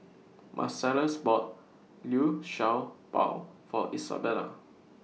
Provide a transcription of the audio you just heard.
Marcellus bought Liu Sha Bao For Isabela